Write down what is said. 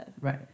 Right